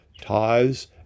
Tithes